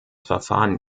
verfahren